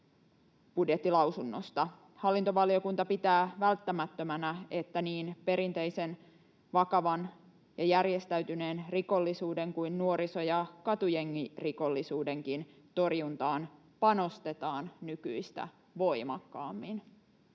budjettilausunnosta: ”Hallintovaliokunta pitää välttämättömänä, että niin perinteisen vakavan ja järjestäytyneen rikollisuuden kuin nuoriso- ja katujengirikollisuudenkin torjuntaan panostetaan nykyistä voimakkaammin.”